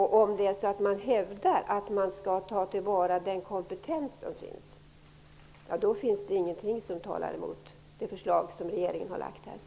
Hävdar man att man vill tillvarata den kompetens som finns, måste man bifalla det förslag som regeringen här har framlagt.